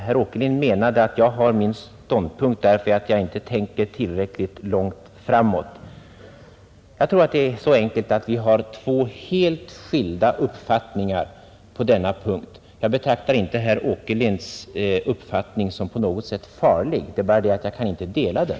Herr Åkerlind menade att jag har min ståndpunkt därför att jag inte tänker tillräckligt långt framåt. Jag tror att det är så enkelt som att vi har två helt skilda uppfattningar på denna punkt. Jag betraktar inte herr Åkerlinds uppfattning som på något sätt farlig. Jag kan bara inte dela den!